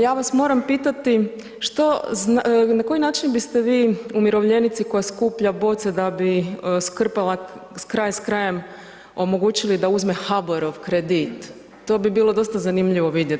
Ja vas moram pitati što, na koji način biste vi umirovljenici koja skuplja boce da bi skrpala kraj s krajem omogućili da uzme HBOR-ov kredit, to bi bilo dosta zanimljivo vidjet.